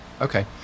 Okay